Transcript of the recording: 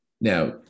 Now